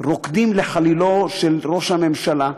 רוקדים לחלילו של ראש הממשלה,